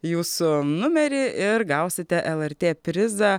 jūsų numerį ir gausite lrt prizą